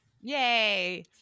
Yay